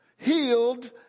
healed